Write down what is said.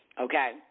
Okay